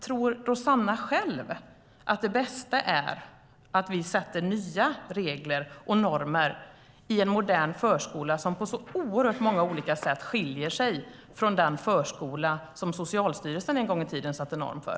Tror Rosanna själv att det bästa är att vi sätter upp nya regler och normer för en modern förskola som på så oerhört många olika sätt skiljer sig från den förskola som Socialstyrelsen en gång satte upp normer för?